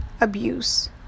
abuse